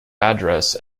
address